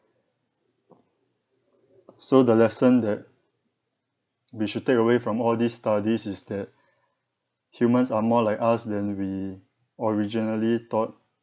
so the lesson that we should take away from all these studies is that humans are more like us than we originally thought